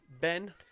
Ben